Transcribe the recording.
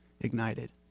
ignited